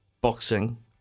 boxing